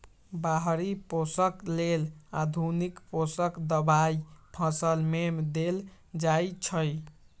बाहरि पोषक लेल आधुनिक पोषक दबाई फसल में देल जाइछइ